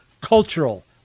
cultural